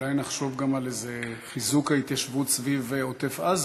אולי נחשוב גם על איזה חיזוק ההתיישבות סביב עוטף-עזה.